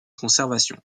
conservation